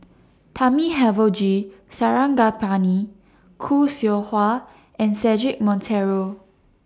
Thamizhavel G Sarangapani Khoo Seow Hwa and Cedric Monteiro